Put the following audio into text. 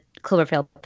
Cloverfield